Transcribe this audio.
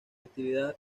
actividad